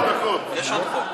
מה אתה שואל אותו?